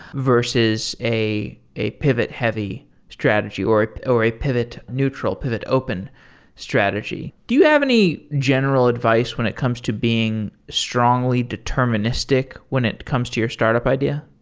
versus a a pivot-heavy strategy or or a neutral pivot open strategy. do you have any general advice when it comes to being strongly deterministic when it comes to your startup idea?